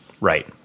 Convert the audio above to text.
Right